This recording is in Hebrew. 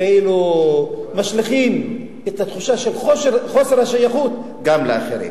כאילו משליכים את התחושה של חוסר השייכות גם לאחרים.